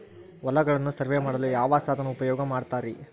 ಹೊಲಗಳನ್ನು ಸರ್ವೇ ಮಾಡಲು ಯಾವ ಸಾಧನ ಉಪಯೋಗ ಮಾಡ್ತಾರ ರಿ?